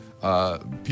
People